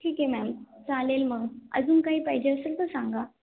ठीक आहे मॅम चालेल मग अजून काही पाहिजे असेल तर सांगा